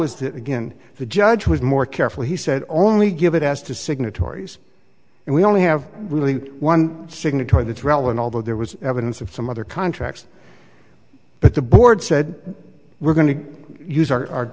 that again the judge was more careful he said only give it has to signatories and we only have one signatory that's relevant although there was evidence of some other contracts but the board said we're going to use our